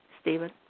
Stephen